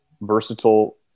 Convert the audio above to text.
versatile